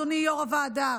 אדוני יו"ר הוועדה,